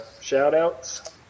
shout-outs